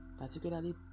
Particularly